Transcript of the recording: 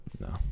No